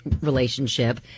relationship